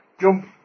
Jump